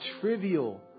trivial